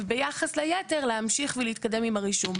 וביחס ליתר, להמשיך ולהתקדם עם הרישום.